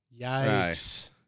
Yikes